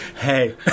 hey